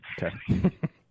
Okay